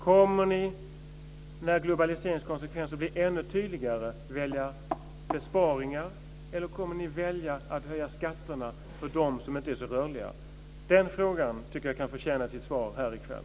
Kommer ni när globaliseringstendensen blir ännu tydligare att välja besparingar eller kommer ni att välja att höja skatterna för dem som inte är så rörliga? Den frågan tycker jag kan förtjäna sitt svar här i kväll.